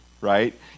right